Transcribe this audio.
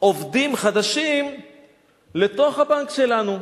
עובדים חדשים לתוך הבנק שלנו.